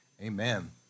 Amen